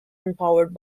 empowered